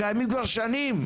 קיימים כבר שנים,